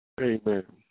Amen